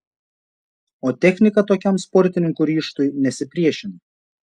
o technika tokiam sportininkų ryžtui nesipriešino